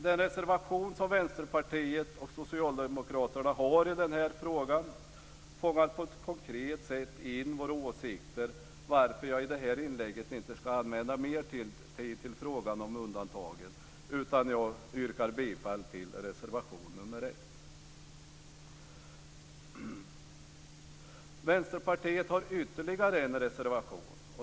Den reservation som Vänsterpartiet och Socialdemokraterna har i denna fråga fångar på ett konkret sätt in våra åsikter, varför jag i detta inlägg inte ska använda mer tid till frågan om undantagen. Jag yrkar bifall till reservation nr 1. Vänsterpartiet har ytterligare en reservation.